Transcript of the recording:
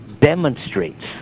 demonstrates